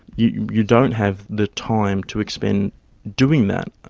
you don't have the time to expend doing that.